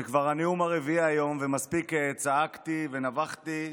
זה כבר הנאום הרביעי היום ומספיק צעקתי ונבחתי,